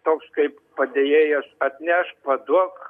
toks kaip padėjėjos atnešk paduok